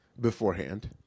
beforehand